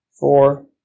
Four